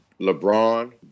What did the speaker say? LeBron